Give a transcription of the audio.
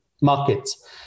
markets